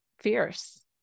fierce